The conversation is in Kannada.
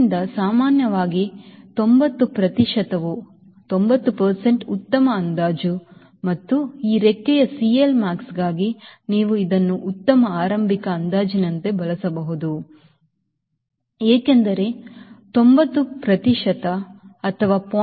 ಆದ್ದರಿಂದ ಸಾಮಾನ್ಯವಾಗಿ 90 ಪ್ರತಿಶತವು ಉತ್ತಮ ಅಂದಾಜು ಮತ್ತು ನಂತರ ಈ ರೆಕ್ಕೆಯ CLmaxಗಾಗಿ ನೀವು ಇದನ್ನು ಉತ್ತಮ ಆರಂಭಿಕ ಅಂದಾಜಿನಂತೆ ಬಳಸಬಹುದು ಏಕೆಂದರೆ 90 ಪ್ರತಿಶತ ಅಥವಾ 0